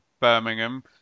Birmingham